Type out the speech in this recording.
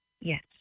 Yes